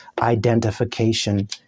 identification